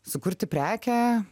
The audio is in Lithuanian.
sukurti prekę